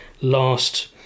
last